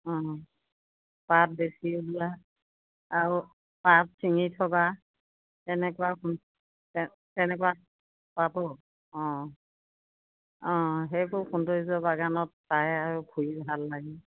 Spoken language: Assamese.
অঁ পাত বেছি ওলোৱা আৰু পাত চিঙি থ'বা তেনেকুৱা তে তেনেকুৱা অঁ অঁ সেইবোৰ সৌন্দৰ্য্য বাগানত পায় আৰু ফুৰি ভাল লাগে